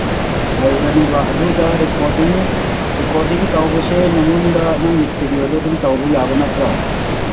ꯍꯧꯔꯅꯤꯕ ꯑꯗꯨꯗ recording recording ꯇꯧꯕꯁꯦ ꯅꯉꯣꯟꯗ ꯅꯪꯒꯤ ꯏꯁꯇꯗꯤꯌꯣꯗ ꯑꯗꯨꯝ ꯇꯧꯕ ꯌꯥꯕ ꯅꯠꯇ꯭ꯔꯣ